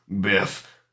Biff